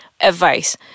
advice